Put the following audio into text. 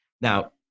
Now